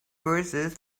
verses